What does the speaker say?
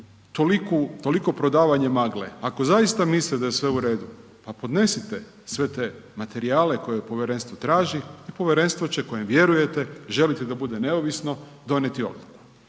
toliko prodavanje magle? Ako zaista misle da je sve u redu, pa podnesite sve te materijale koje povjerenstvo traži i povjerenstvo će, kojem vjerujete, želite da bude neovisno, donijeti odluku.